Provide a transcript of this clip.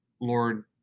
Lord